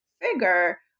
figure